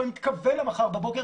ואני מתכוון למחר בבוקר,